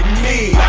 me